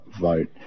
vote